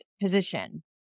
position